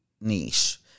niche